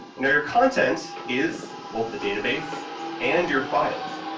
and your content is both the database and your files.